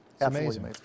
amazing